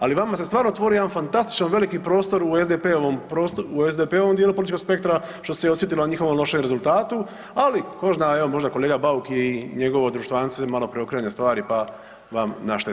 Ali vama se stvarno otvorio jedan fantastičan veliki prostor u SDP-ovom dijelu političkom spektra, što se i osjetilo na njihovom lošem rezultatu, ali ko zna, evo možda kolega Bauk i njegovo društvance malo preokrene stvari, pa vam naštete.